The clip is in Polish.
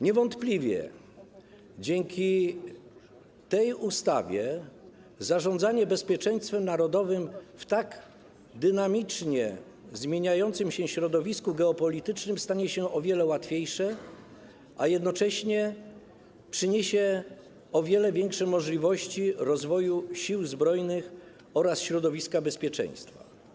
Niewątpliwie dzięki tej ustawie zarządzanie bezpieczeństwem narodowym w tak dynamicznie zmieniającym się środowisku geopolitycznym stanie się o wiele łatwiejsze, a jednocześnie przyniesie o wiele większe możliwości rozwoju sił zbrojnych oraz środowiska bezpieczeństwa.